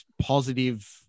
positive